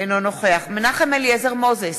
אינו נוכח מנחם אליעזר מוזס,